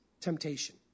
temptation